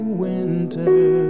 winter